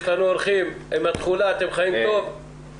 האורחים ב-זום, אתם חיים טוב עם התחולה?